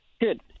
Good